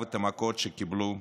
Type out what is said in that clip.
כאבו את המכות שקיבלו.